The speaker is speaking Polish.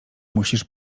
musisz